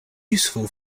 useful